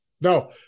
No